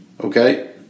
okay